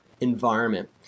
environment